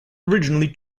originally